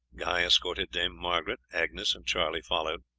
guy escorted dame margaret, agnes and charlie followed,